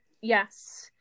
yes